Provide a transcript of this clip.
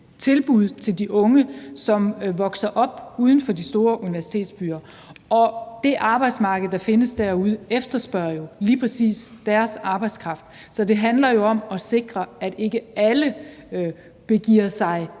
tilbud til de unge, som vokser op uden for de store universitetsbyer. Det arbejdsmarked, der findes derude, efterspørger jo lige præcis deres arbejdskraft, så det handler om at sikre, at ikke alle begiver sig